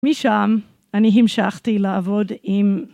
משם אני המשכתי לעבוד עם.